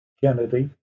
Kennedy